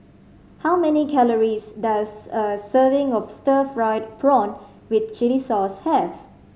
how many calories does a serving of stir fried prawn with chili sauce have